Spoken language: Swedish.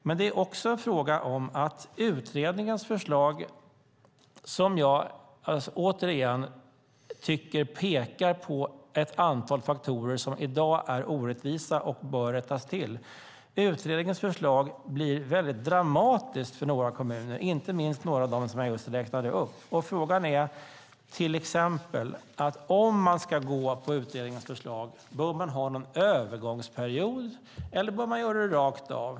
Men det är också en fråga om att utredningens förslag - som jag, för att säga det återigen, tycker pekar på ett antal faktorer som i dag är orättvisa och bör rättas till - blir väldigt dramatiskt för några kommuner, inte minst några av dem som jag just räknade upp. Frågan är till exempel: Om man ska gå på utredningens förslag, bör man då ha en övergångsperiod, eller bör man göra det rakt av?